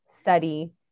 study